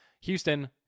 Houston